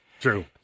True